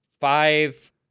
Five